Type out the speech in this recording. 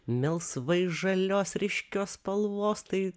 melsvai žalios ryškios spalvos tai